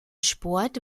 sport